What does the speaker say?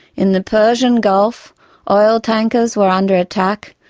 in the persian gulf oil tankers were under attack,